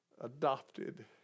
adopted